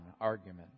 argument